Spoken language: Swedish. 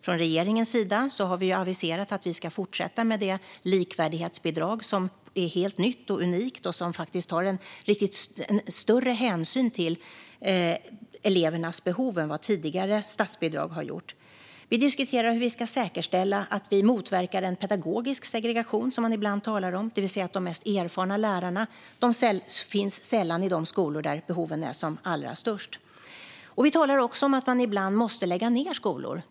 Från regeringens sida har vi aviserat att vi ska fortsätta med det likvärdighetsbidrag som är helt nytt och unikt och faktiskt tar större hänsyn till elevernas behov än vad tidigare statsbidrag har gjort. Vi diskuterar hur vi ska säkerställa att vi motverkar en pedagogisk segregation, som man ibland talar om, det vill säga att de mest erfarna lärarna sällan finns i de skolor där behoven är som allra störst. Vi talar också om att man ibland måste lägga ned skolor.